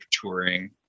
touring